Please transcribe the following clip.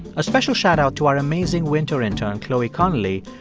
a special shout-out to our amazing winter intern chloe connelly,